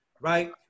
right